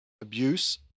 abuse